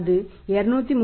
அது 231